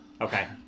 Okay